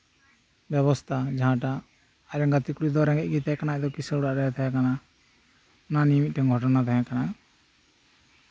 ᱵᱮᱥᱛᱷᱟ ᱡᱟᱸᱴᱟᱴᱟᱜ ᱟᱡᱨᱮᱱ ᱜᱟᱛᱮ ᱠᱩᱲᱤ ᱫᱚ ᱨᱮᱸᱜᱮᱪ ᱜᱮ ᱛᱟᱸᱦᱮ ᱠᱟᱱᱟ ᱟᱡ ᱫᱚ ᱠᱤᱥᱟᱹᱲ ᱚᱲᱟᱜᱨᱮ ᱛᱟᱸᱦᱮ ᱠᱟᱱᱟ ᱚᱱᱟ ᱱᱤᱭᱮ ᱢᱤᱫᱴᱟᱱ ᱜᱷᱚᱴᱚᱱᱟ ᱛᱟᱸᱦᱮ ᱠᱟᱱᱟ